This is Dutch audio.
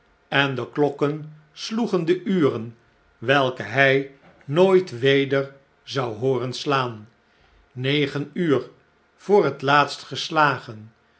en de klokken sloegen de uren welke hjj nooit weder zou hooren slaan negen uur voor het laatst geslagen